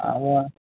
ଆଉ